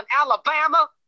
Alabama